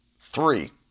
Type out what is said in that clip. three